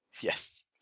Yes